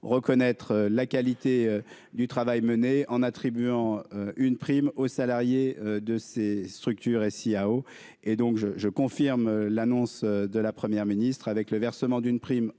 reconnaître la qualité du travail mené en attribuant une prime aux salariés de ses structures SIAO et donc je je confirme l'annonce de la première ministre avec le versement d'une prime